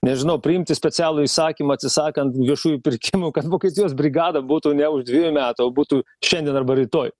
nežinau priimti specialų įsakymą atsisakant viešųjų pirkimų kad vokietijos brigada būtų ne už dviejų metų o būtų šiandien arba rytoj